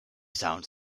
sounds